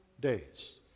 days